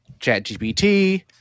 ChatGPT